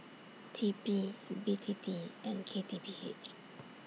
T P B T T and K T P H